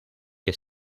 que